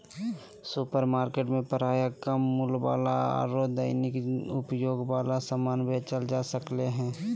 supermarket में प्रायः कम मूल्य वाला आरो दैनिक उपयोग वाला समान बेचल जा सक्ले हें